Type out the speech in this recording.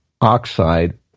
oxide